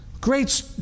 Great